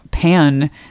pan